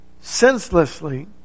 senselessly